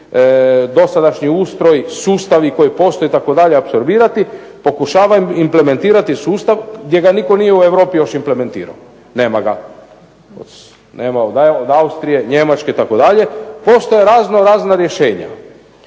dosadašnji ustroj, sustavi koji postoje itd. apsorbirati pokušavati implementirati sustav gdje ga nitko nije u Europi implementirao. Nema ga. Od Austrije, Njemačke itd. postoje razno razna rješenja.